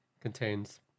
contains